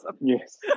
Yes